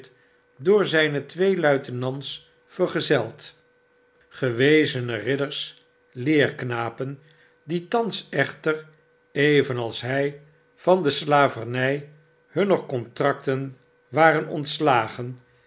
door zijne twee luitenants vergezeld gewezene ridders leerknapen die thans echter evenals hij van de slavernij hunner contracten waren ontskgen